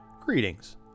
Greetings